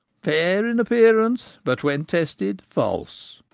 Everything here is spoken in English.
fair in appearance, but when tested false.